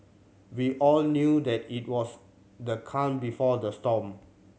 we all knew that it was the calm before the storm